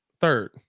Third